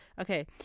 Okay